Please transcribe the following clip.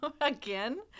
again